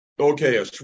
Okay